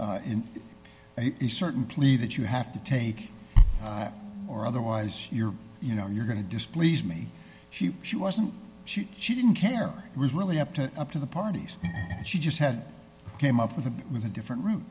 about in a certain plea that you have to take or otherwise you're you know you're going to displease me she she wasn't she she didn't care it was really up to up to the parties and she just had came up with a bit with a different ro